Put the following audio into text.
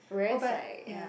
oh but ya